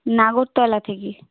নাগরতলা থেকে